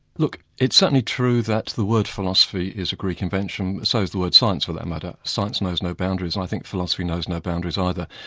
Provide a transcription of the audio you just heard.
look, it's certainly true that the word philosophy is a greek invention so is the word science for that matter. science knows no boundaries, i think philosophy knows no boundaries either,